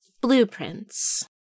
blueprints